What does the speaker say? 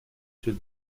should